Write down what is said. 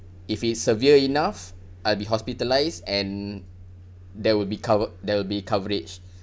if it's severe enough I'll be hospitalised and there will be cover~ there will be coverage